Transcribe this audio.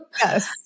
Yes